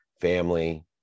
family